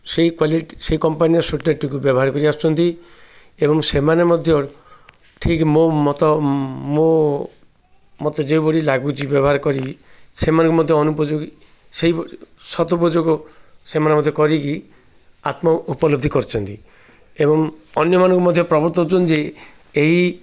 ସେଇ କ୍ଵାଲିଟି ସେଇ କମ୍ପାନୀର ସ୍ଵିଟର୍ଟିକୁ ବ୍ୟବହାର କରିଆସୁଛନ୍ତି ଏବଂ ସେମାନେ ମଧ୍ୟ ଠିକ୍ ମୋ ମତ ମୋ ମୋତେ ଯେଉଁଭଳି ଲାଗୁଛି ବ୍ୟବହାର କରିକି ସେମାନଙ୍କୁ ମଧ୍ୟ ଅନୁପଯୋଗୀ ସେଇ ସତପଯୋଗ ସେମାନେ ମଧ୍ୟ କରିକି ଆତ୍ମ ଉପଲବ୍ଧି କରଛନ୍ତି ଏବଂ ଅନ୍ୟମାନଙ୍କୁ ମଧ୍ୟ ପ୍ରବତ୍ତାଉ ହେଉଛନ୍ତି ଯେ ଏଇ